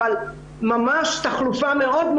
אבל יש תחלופה גדולה מאוד,